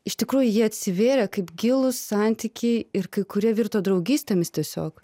iš tikrųjų jie atsivėrė kaip gilūs santykiai ir kai kurie virto draugystėmis tiesiog